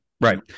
Right